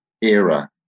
era